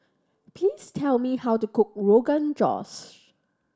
please tell me how to cook Rogan Josh